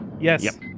Yes